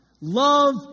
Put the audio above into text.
Love